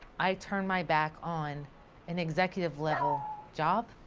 i turned my back on an executive level job.